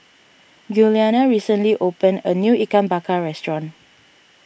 Giuliana recently opened a new Ikan Bakar restaurant